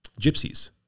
gypsies